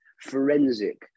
forensic